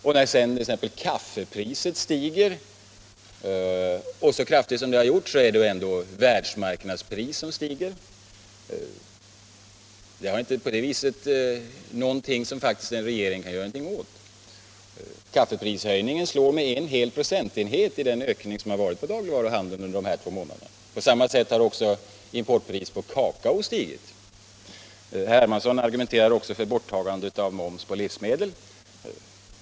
ven till utredningen När däremot kaffepriset ökar så kraftigt som det gör beror det ju på = om formerna m.m. att världsmarknadspriset stiger, och det är faktiskt inget som en regering = för de värnpliktigas kan göra någonting åt. Kaffeprishöjningen slår med en hel procentenhet — medinflytande i den prisökning på dagligvaror som har skett i handeln under de här två månaderna. På samma sätt har importpriset på kakao stigit. Herr Hermansson argumenterar också för borttagande av momsen på livsmedel.